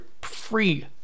free